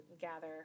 gather